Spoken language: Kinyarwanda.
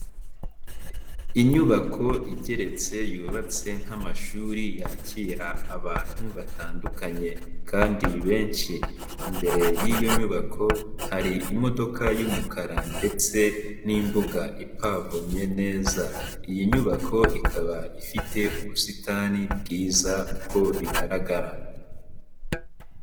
Inyubako igeretse yubatse nk'amashuri yakira abantu batandukanye kandi benshi, imbere y'iyo nyubako hari imodoka y'umukara ndetse n'imbuga ipavomye neza, iyi nyubako ikaba ifite ubusitani bwiza uko bigaragara.